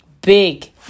big